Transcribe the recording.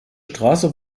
straße